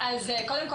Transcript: אז קודם כל,